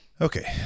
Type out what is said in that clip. Okay